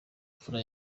imfura